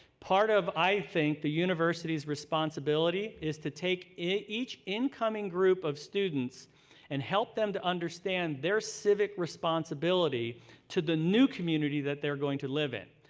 part of, i think, university's responsibility is to take each incoming group of students and help them to understand their civic responsibility to the new community that they're going to live in.